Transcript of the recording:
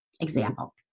example